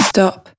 Stop